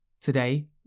Today